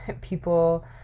people